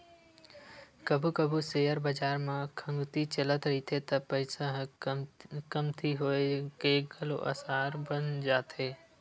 कभू कभू सेयर बजार म खंगती चलत रहिथे त पइसा ह कमती होए के घलो असार बन जाथे